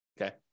okay